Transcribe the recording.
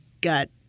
got